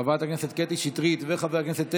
חברת הכנסת קטי שטרית וחבר הכנסת טסלר,